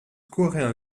coréen